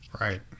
Right